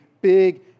big